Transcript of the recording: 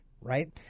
right